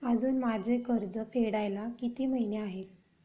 अजुन माझे कर्ज फेडायला किती महिने आहेत?